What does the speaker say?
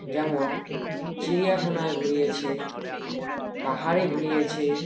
যেমন চিড়িয়াখানায় ঘুরিয়েছে পাহাড়ে ঘুরিয়েছে